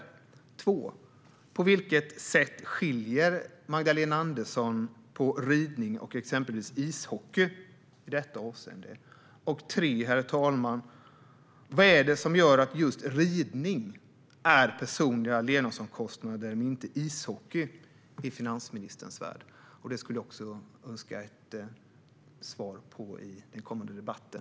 För det andra: På vilket sätt skiljer Magdalena Andersson på ridning och exempelvis ishockey i detta avseende? För det tredje, herr talman: Vad är det som gör att just ridning men inte ishockey är personliga levnadsomkostnader i finansministerns värld? Detta skulle jag önska svar på i den kommande debatten.